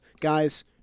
guys